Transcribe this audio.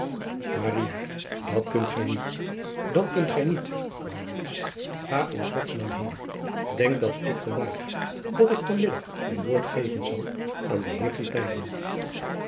at kunt gij niet dat kunt gij niet ga in ods naam heen enk dat ik van daag dat ik van middag mijn woord geven zal aan den eer